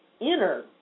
inner